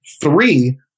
three